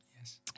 Yes